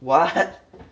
what